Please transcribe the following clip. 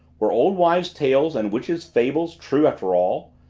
were old wives' tales and witches' fables true after all?